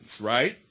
right